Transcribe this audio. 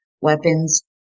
weapons